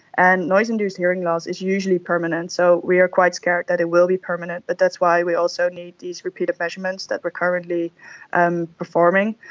and noise-induced hearing loss is usually permanent, so we are quite scared that it will be permanent. but that's why we also need these repeated measurements that we're currently um performing,